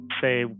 say